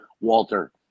Walter